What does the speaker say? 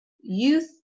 youth